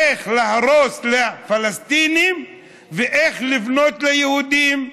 איך להרוס לפלסטינים ואיך לבנות ליהודים.